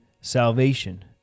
salvation